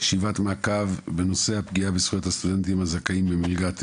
ישיבת מעקב בנושא הפגיעה בזכויות הסטודנטים הזכאים למלגת "מילגו".